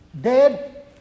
Dead